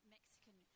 Mexican